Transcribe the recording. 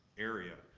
area,